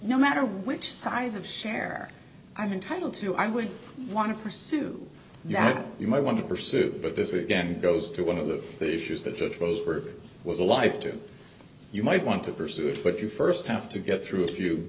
no matter which size of share i'm entitle to i would want to pursue that you might want to pursue but this again goes to one of the issues that the trust group was alive to you might want to pursue it but you first have to get through a few